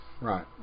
Right